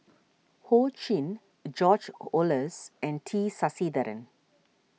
Ho Ching George Oehlers and T Sasitharan